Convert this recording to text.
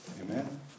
amen